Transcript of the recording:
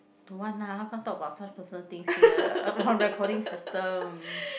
don't want lah how come talk about such personal things here on recording system